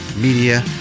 media